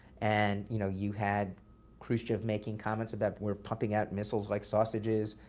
and you know you had khrushchev making comments about, we're pumping out missiles like sausages,